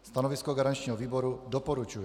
Stanovisko garančního výboru: doporučuje.